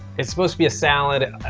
it's supposed to be a salad.